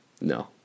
no